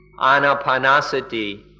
Anapanasati